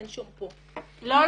אין שמפו -- לא,